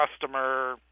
customer